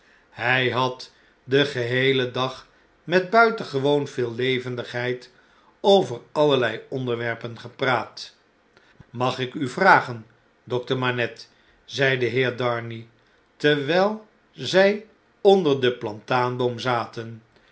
hij had den geheelen dag metbuitengewoon veel levendigheid over allerlei onderwerpen gepraat mag ik u vragen dokter manette zei de heer darnay terwyi zjj onder den plataanboom zaten